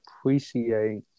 appreciate